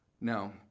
Now